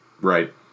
right